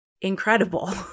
incredible